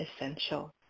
essential